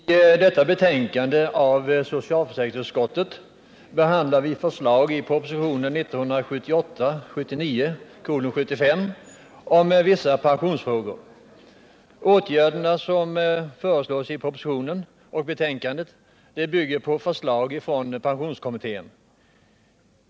Herr talman! I detta betänkande av socialförsäkringsutskottet behandlar vi förslag i propositionen 1978/79:75 om vissa pensionsfrågor. Åtgärderna som föreslås i propositionen och i betänkandet bygger på förslag från pensionskommittén.